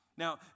Now